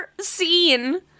scene